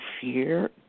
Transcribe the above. fear